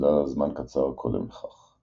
שנוסדה זמן קצר קודם לכך.